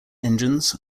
engines